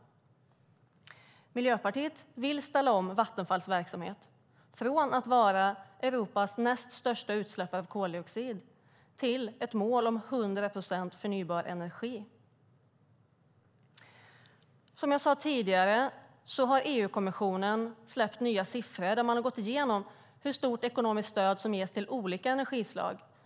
Miljöpartiet vill ställa om Vattenfalls verksamhet så bolaget går från att vara Europas näst största utsläppare av koldioxid till ett mål på 100 procent förnybar energi. Som jag sade tidigare har EU-kommissionen släppt nya siffror. Man har gått igenom hur stort ekonomiskt stöd som ges till olika energislag.